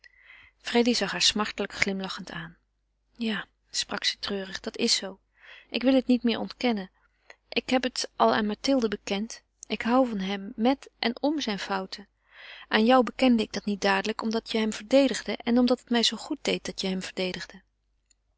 freddy zag haar smartelijk glimlachend aan ja sprak ze treurig dat is zoo ik wil het niet meer ontkennen ik heb het al aan mathilde bekend ik hou van hem met en om zijn fouten aan jou bekende ik dat niet dadelijk omdat je hem verdedigde en omdat het mij zoo goed deed dat je hem verdedigde